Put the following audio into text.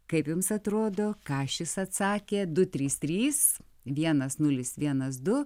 kaip jums atrodo ką šis atsakė du trys trys vienas nulis vienas du